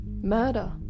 murder